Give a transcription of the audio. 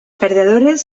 perdedores